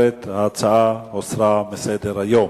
שההצעה הוסרה מסדר-היום.